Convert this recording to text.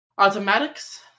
Automatics